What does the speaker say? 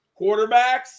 quarterbacks